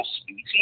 species